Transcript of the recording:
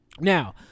Now